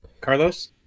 Carlos